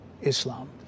Islam